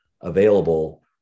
available